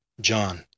John